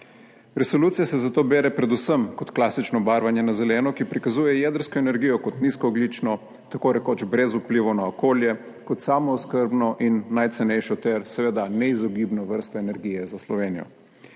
Resolucija se zato bere predvsem kot klasično barvanje na zeleno, ki prikazuje jedrsko energijo kot nizkoogljično, tako rekoč brez vplivov na okolje, kot samooskrbno in najcenejšo ter seveda neizogibno vrsto energije za Slovenijo.